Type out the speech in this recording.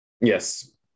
Yes